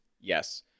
yes